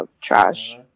Trash